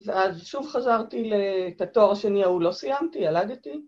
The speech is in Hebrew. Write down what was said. ‫ואז שוב חזרתי ל... את התואר השני ‫ההוא לא סיימתי, ילדתי.